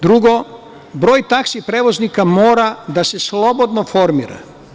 Drugo, broj taksi prevoznika mora da se slobodno formira.